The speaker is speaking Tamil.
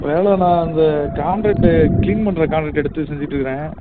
வேலை நான் இந்த காண்ட்ரேட் க்ளீன் பண்ணுற காண்ட்ரேட் எடுத்து செஞ்சிகிட்ருக்குறேன்